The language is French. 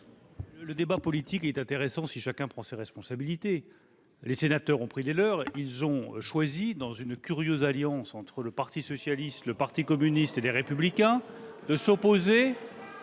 Le débat politique est intéressant, dans la mesure où chacun prend ses responsabilités ! Les sénateurs ont pris les leurs et ont choisi, dans une curieuse alliance entre le parti socialiste, le parti communiste et Les Républicains, de s'opposer